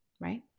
right